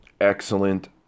excellent